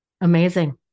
Amazing